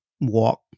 walk